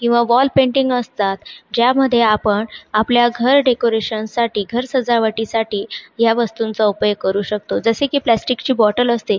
किंवा wall painting असतात ज्यामध्ये आपण आपल्या घर डेकोरेशनसाठी घर सजावटीसाठी या वस्तूंचा उपयोग करू शकतो जसे की प्लॅस्टिकची बॉटल असते